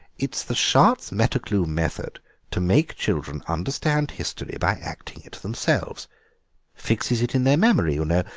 it's the schartz metterklume method to make children understand history by acting it themselves fixes it in their memory, you know.